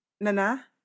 Nana